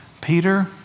Peter